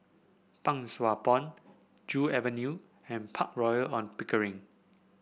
Pang Sua Pond Joo Avenue and Park Royal On Pickering